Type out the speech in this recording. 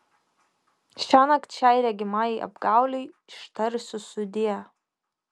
šiąnakt šiai regimajai apgaulei ištarsiu sudie